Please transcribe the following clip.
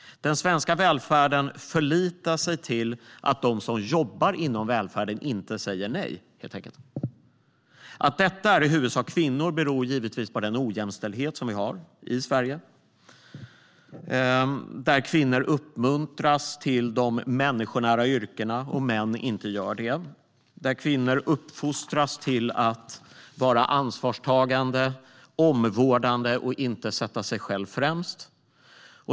Den svenska välfärden förlitar sig på att de som jobbar inom välfärden inte säger nej. Att detta i huvudsak är kvinnor beror givetvis på den ojämställdhet vi har i Sverige. Kvinnor uppmuntras till de människonära yrkena medan män inte gör det. Kvinnor uppfostras till att vara ansvarstagande, omvårdande och inte sätta sig själva främst.